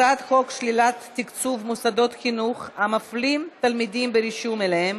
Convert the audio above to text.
הצעת חוק שלילת תקצוב מוסדות חינוך המפלים תלמידים ברישום אליהם